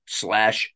slash